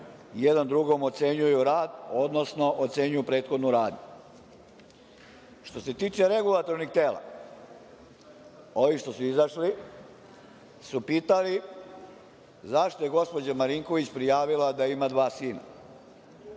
jedan drugom ocenjuju rad, odnosno ocenjuju prethodnu radnju. Što se tiče regulatornih tela, ovih što su izašli, su pitali – zašto je gospođa Marinković prijavila da ima dva sina?